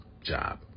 job